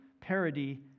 parody